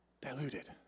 diluted